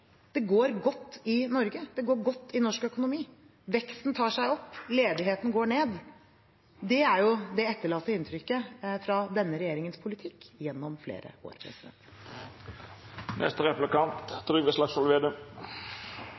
Det går godt i Norge, det går godt i norsk økonomi, veksten tar seg opp, og ledigheten går ned. Det er det etterlatte inntrykket av denne regjeringens politikk gjennom flere år.